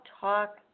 talk